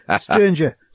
Stranger